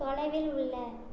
தொலைவில் உள்ள